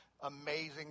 amazing